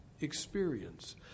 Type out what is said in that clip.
experience